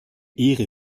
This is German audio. ehre